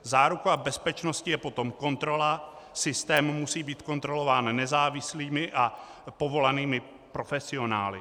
Záruka bezpečnosti je potom kontrola, systém musí být kontrolován nezávislými a povolanými profesionály.